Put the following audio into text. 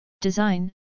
Design